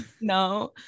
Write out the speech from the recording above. no